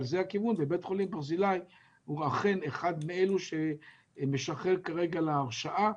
בית חולים ברזילי הוא אכן אחד מאלה שמשחרר כרגע להרשאה,